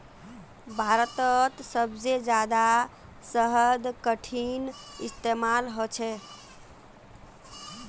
भारतत सबसे जादा शहद कुंठिन इस्तेमाल ह छे